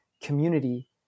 community